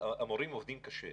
המורים עובדים קשה.